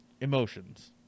emotions